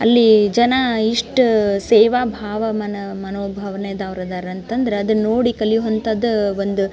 ಅಲ್ಲಿ ಜನ ಇಷ್ಟು ಸೇವಾ ಭಾವ ಮನಾ ಮನೋಭಾವ್ನೆದವ್ರು ಅದಾರೆ ಅಂತಂದ್ರೆ ಅದನ್ನು ನೋಡಿ ಕಲಿವಂಥದು ಒಂದು